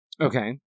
Okay